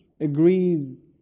agrees